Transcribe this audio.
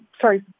sorry